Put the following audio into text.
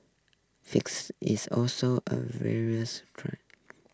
fix is also a various try